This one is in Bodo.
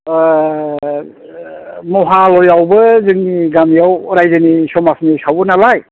महालयआवबो जोंनि गामियाव रायजोनि समाजनि सावो नालाय